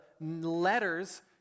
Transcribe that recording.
letters